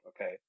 okay